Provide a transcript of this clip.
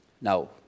now